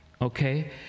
Okay